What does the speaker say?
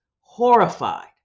horrified